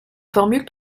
formules